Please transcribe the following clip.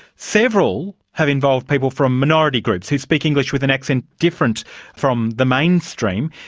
several have involved people from minority groups, who speak english with an accent different from the mainstream.